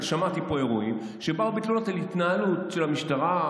אבל שמעתי פה על אירועים שבאו בתלונות על התנהלות של המשטרה,